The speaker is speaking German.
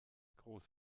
groß